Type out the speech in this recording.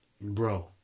Bro